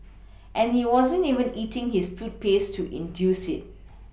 and he wasn't even eating his toothpaste to induce it